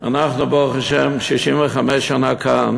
לכם, אנחנו, ברוך השם, 65 שנה כאן